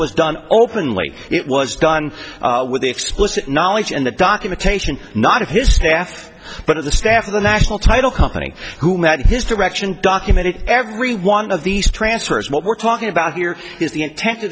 was done openly it was done with the explicit knowledge and the documentation not of his staff but at the staff of the national title company who had his direction documented every one of these transfers what we're talking about here is the intent to